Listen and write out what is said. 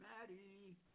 Maddie